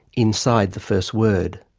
inside the first word.